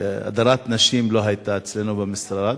הדרת נשים לא היתה אצלנו במשרד,